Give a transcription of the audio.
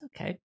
okay